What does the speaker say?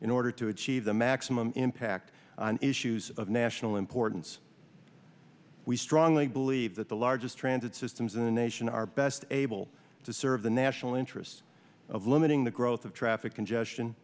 in order to achieve the match impact on issues of national importance we strongly believe that the largest transit systems in the nation are best able to serve the national interests of limiting the growth of traffic congestion